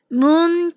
moon